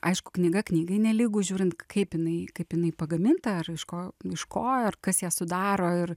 aišku knyga knygai nelygu žiūrint kaip jinai kaip jinai pagaminta ar iš ko iš ko ar kas ją sudaro ir